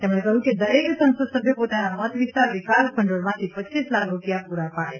તેમણે કહ્યું કે દરેક સંસદ સભ્ય પોતાના મત વિસ્તાર વિકાસ ભંડોળમાંથી રપ લાખ રૂપિયા પૂરા પાડે